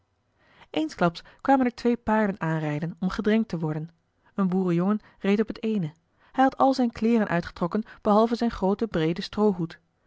eensklaps kwamen er twee paarden aanrijden om gedrenkt te worden een boerenjongen reed op het eene hij had al zijn kleeren uitgetrokken behalve zijn grooten breeden stroohoed